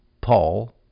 Paul